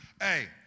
hey